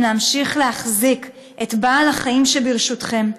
להמשיך להחזיק את בעל-החיים שברשותכם,